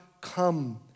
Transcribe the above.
come